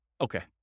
Okay